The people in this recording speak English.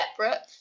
separate